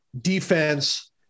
defense